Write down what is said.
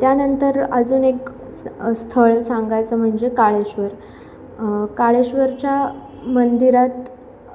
त्यानंतर अजून एक स्थळ सांगायचं म्हणजे काळेश्वर काळेश्वरच्या मंदिरात